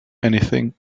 anything